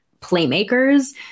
playmakers